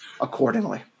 accordingly